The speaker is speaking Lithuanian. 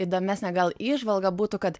įdomesnė gal įžvalga būtų kad